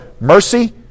mercy